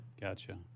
Gotcha